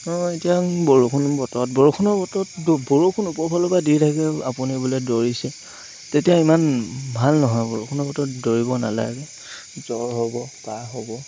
অঁ এতিয়া বৰষুণ বতৰত বৰষুণৰ বতৰত বৰষুণ ওপৰফালৰপৰা দি থাকিলে আপুনি বোলে দৌৰিছে তেতিয়া ইমান ভাল নহয় বৰষুণৰ বতৰত দৌৰিব নালাগে জ্বৰ হ'ব কাহ হ'ব